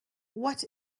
what